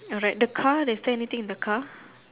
alright the car there is there anything in the car